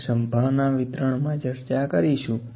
આપણે સંભાવના વિતરણ ચર્ચા કરીશુ